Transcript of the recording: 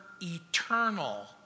eternal